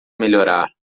melhorar